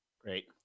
Great